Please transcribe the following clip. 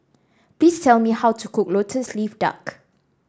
please tell me how to cook lotus leaf duck